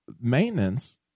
maintenance